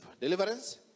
Deliverance